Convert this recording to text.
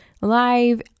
live